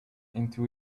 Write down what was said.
into